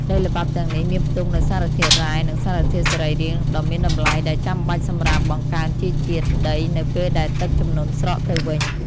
ដីល្បាប់ទាំងនេះមានផ្ទុកនូវសារធាតុរ៉ែ និងសារធាតុសរីរាង្គដ៏មានតម្លៃដែលចាំបាច់សម្រាប់ បង្កើនជីជាតិដីនៅពេលដែលទឹកជំនន់ស្រកទៅវិញ។